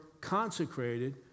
consecrated